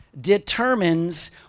determines